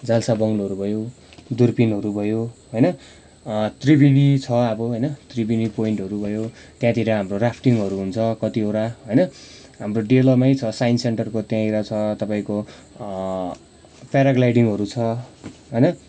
जलसा बङलोहरू भयो दुर्पिनहरू भयो होइन त्रिवेणी छ अब होइन त्रिवेणी पोइन्टहरू भयो त्यहाँतिर हाम्रो राफ्टिङहरू हुन्छ कतिवटा होइन हाम्रो डेलोमै छ साइन्स सेन्टरको त्यहाँनिर छ तपाईँको प्याराग्लाइडिङहरू छ होइन